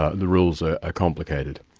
ah the rules are ah complicated.